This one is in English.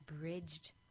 bridged